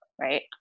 right